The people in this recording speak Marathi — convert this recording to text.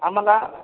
आम्हाला